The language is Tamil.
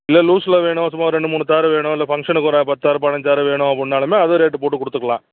இல்லை லூசில் வேணும் சும்மா ஒரு ரெண்டு மூணு தார் வேணும் இல்லை ஃபங்க்ஷனுக்கு ஒரு பத்து தார் பதினஞ்சு தார் வேணும் அப்பிட்னாலுமே அதே ரேட்டு போட்டுக் கொடுத்துக்கலாம்